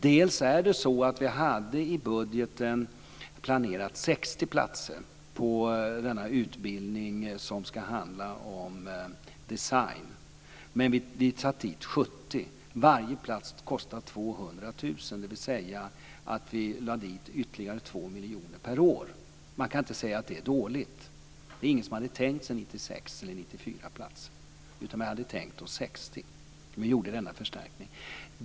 Dessutom är det så att vi i budgeten hade planerat 60 platser på denna utbildning som skall handla om design, men vi utökade det till 70. Varje plats kostar 200 000. Vi lade alltså dit ytterligare 2 miljoner per år. Man kan inte säga att det är dåligt. Det är ingen som hade tänkt sig 96 eller 94 platser. Vi hade tänkt oss 60. Vi gjorde denna förstärkning.